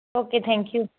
okay thank you